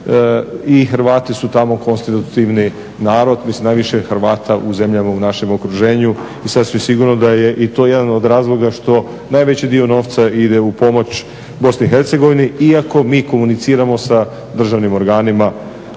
i Hrvati su tamo konstitutivni narod, mislim najviše Hrvata u zemljama u našem okruženju i sasvim sigurno da je i to jedan od razloga što najveći dio novca ide u pomoć Bosni i Hercegovini, iako mi komuniciramo sa državnim organima.